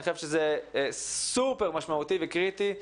אני חושב שזה משמעותי מאוד וקריטי,